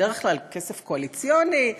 בדרך כלל כסף קואליציוני,